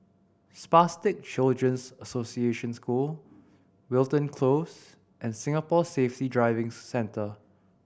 Spastic Children's Association School Wilton Close and Singapore Safety Driving Centre